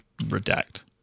redact